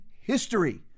history